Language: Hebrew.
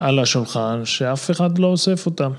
על השולחן שאף אחד לא אוסף אותם